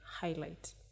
highlight